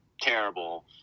terrible